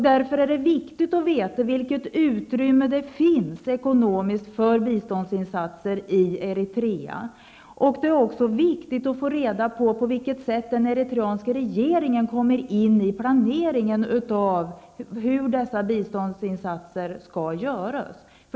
Därför är det viktigt att veta vilket ekonomiskt utrymme det finns för biståndsinsatser i Eritrea. Det är också viktigt att få veta på vilket sätt den eritreanska regeringen kommer in i planeringen av dessa biståndsinsatser.